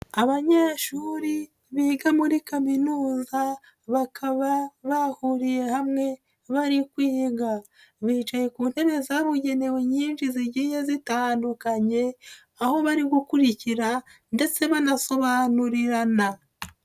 Abanyeshuri biga muri kaminuza bakaba bahuriye hamwe bari kwiga. Bicaye ku ntebe zabugenewe nyinshi zigiye zitandukanye ,aho bari gukurikira ndetse banasobanurirana.